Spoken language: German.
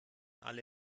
alle